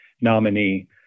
nominee